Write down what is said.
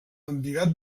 embigat